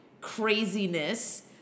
craziness